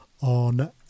on